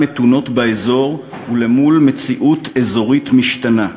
מתונות באזור ולמול מציאות אזורית משתנה,